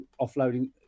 offloading